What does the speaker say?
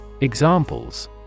Examples